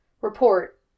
Report